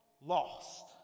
lost